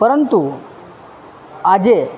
પરંતુ આજે